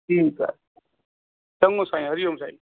ठीकु आहे चङो साईं हरिओम साईं